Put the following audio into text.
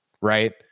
Right